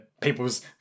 people's